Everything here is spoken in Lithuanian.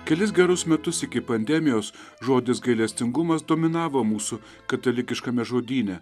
kelis gerus metus iki pandemijos žodis gailestingumas dominavo mūsų katalikiškame žodyne